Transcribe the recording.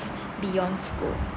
beyond school